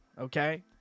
Okay